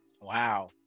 Wow